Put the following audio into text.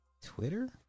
twitter